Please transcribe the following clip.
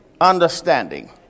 understanding